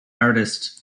artist